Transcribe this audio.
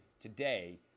today